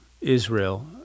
Israel